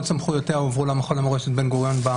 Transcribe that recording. סמכויותיה הועברו למכון למורשת בן-גוריון.